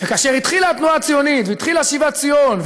וכאשר התחילה התנועה הציונית והתחילה שיבת ציון,